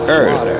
earth